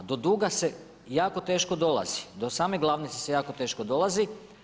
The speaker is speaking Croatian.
Do duga se jako teško dolazi, do same glavnice se jako teško dolazi.